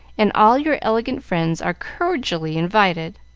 and all your elegant friends are cordially invited.